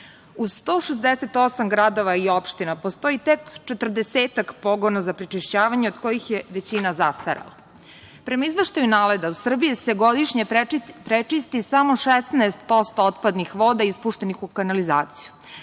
U 168 gradova i opština postoji tek 40-ak pogona za prečišćavanje, od kojih je većina zastarela. Prema izveštaju NALED-a u Srbiji se godišnje prečisti samo 16% otpadnih voda ispuštenih u kanalizaciju.